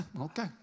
okay